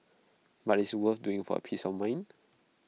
but IT is worth doing for A peace of mind